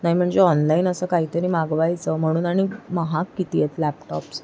नाही म्हणजे ऑनलाईन असं काही तरी मागवायचं म्हणून आणि महाग किती आहेत लॅपटॉप्स